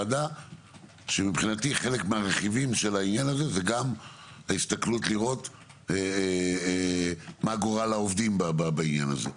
חלק מהרכיבים בעניין הזה היא ההסתכלות על גורל העובדים בעניין הזה.